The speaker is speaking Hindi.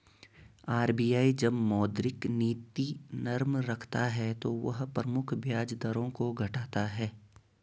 आर.बी.आई जब मौद्रिक नीति नरम रखता है तो वह प्रमुख ब्याज दरों को घटाता है